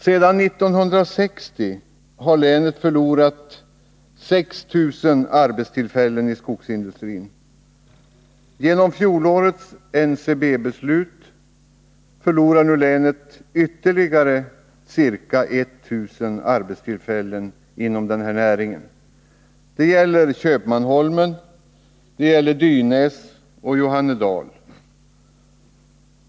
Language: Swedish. Sedan 1960 har länet förlorat 6 000 arbetstillfällen i skogsindustrin. Genom fjolårets NCB-beslut förlorade länet ytterligare ca 1000 arbetstillfällen inom denna näring. Det gäller här Köpmanholmen, Dynäs och Johannedal.